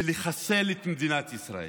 לחסל את מדינת ישראל.